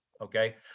Okay